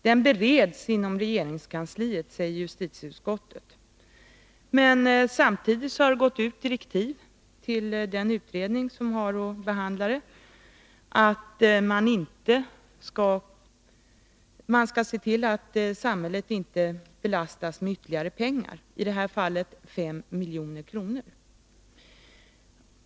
Den bereds inom regeringskansliet, säger justitieutskottet, men samtidigt har det gått direktiv till den utredning som har att behandla den att man skall se till att samhället inte belastas med ytterligare pengar. Det gäller i det här fallet 5 milj.kr.